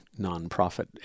nonprofit